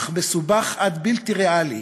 אך מסובך עד בלתי ריאלי